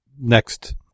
next